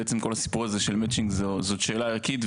בעצם כל הסיפור הזה של מצ'ינג זו שאלה ערכית,